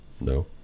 No